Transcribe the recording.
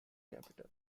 capital